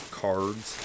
cards